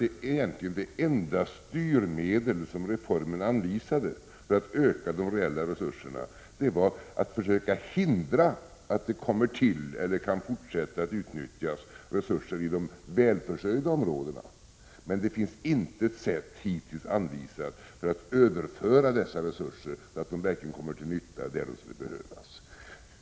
Det egentligen enda styrmedel som reformen anvisade för att öka de reella resurserna var att försöka hindra att resurser kommer till, eller i fortsättningen kan utnyttjas, i de välförsörjda områdena. Men hittills har inget sätt anvisats för att överföra dessa resurser, så att de verkligen kommer till nytta där de skulle behövas.